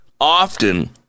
often